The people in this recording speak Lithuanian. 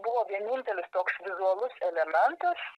buvo vienintelis toks vizualus elementas